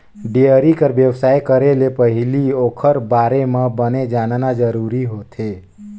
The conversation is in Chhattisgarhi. डेयरी कर बेवसाय करे ले पहिली ओखर बारे म बने जानना जरूरी होथे